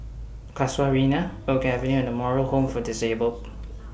Casuarina Oak Avenue and The Moral Home For Disabled